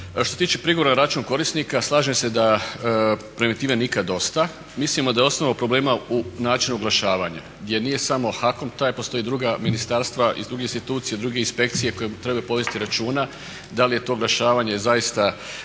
Što se tiče prigovora na račun korisnika slažem se da preventive nikad dosta. Mislimo da je osnova problema u načinu oglašavanja, jer nije samo HAKOM taj, postoje i druga ministarstva i druge institucije, druge inspekcije koje trebaju povesti računa da li je to oglašavanje zaista